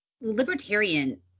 Libertarian